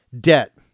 Debt